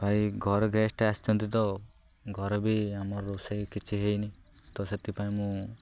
ଭାଇ ଘର ଗେଷ୍ଟ ଆସିଛନ୍ତି ତ ଘରେ ବି ଆମର ରୋଷେଇ କିଛି ହେଇନି ତ ସେଥିପାଇଁ ମୁଁ